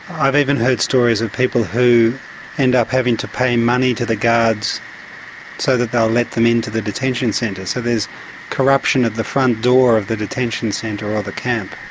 i have even heard stories of people who end up having to pay money to the guards so that they will let them into the detention centres. so there's corruption at the front door of the detention centre or the camp.